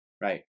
right